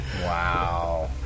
Wow